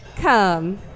Come